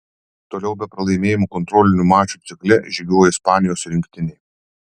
toliau be pralaimėjimų kontrolinių mačų cikle žygiuoja ispanijos rinktinė